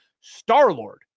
Star-Lord